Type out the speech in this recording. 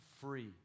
free